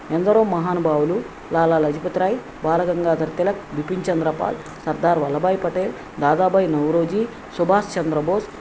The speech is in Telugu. ఎందరో మహానుభావులు లాలాలజపతిరాయ్ బాలగంగాధర్ తిలక్ బిపిన్ చంద్రపాల్ సర్దార్ వల్లబాయ్ పటేల్ దాదాబాయ్ నౌరోజీ సుభాష్ చంద్రబోస్